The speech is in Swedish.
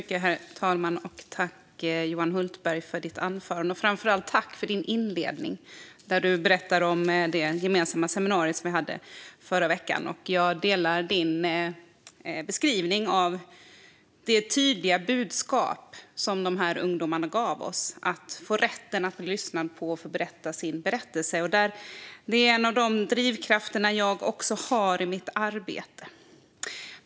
Herr talman! Tack, Johan Hultberg, för ditt anförande! Framför allt tack för din inledning, där du berättade om det gemensamma seminariet som vi hade förra veckan! Jag delar din beskrivning av det tydliga budskap som ungdomarna gav oss. Det handlade om rätten att bli lyssnad på och om att få berätta sin berättelse. Detta är en av de drivkrafter som jag också har i mitt arbete.